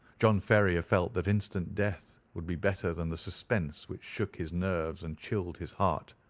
john ferrier felt that instant death would be better than the suspense which shook his nerves and chilled his heart.